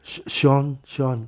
shawn shawn